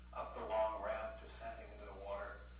the long ramp, descending into the water,